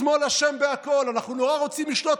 השמאל אשם בכול: אנחנו נורא רוצים לשלוט,